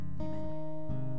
Amen